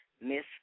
Miss